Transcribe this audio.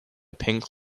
pink